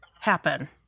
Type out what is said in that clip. happen